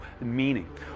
meaning